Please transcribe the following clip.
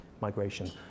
migration